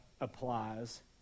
applies